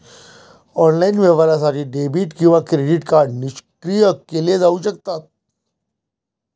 online व्यवहारासाठी debit किंवा credit card निष्क्रिय केले जाऊ शकतात